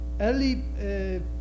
early